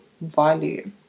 value